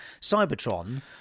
Cybertron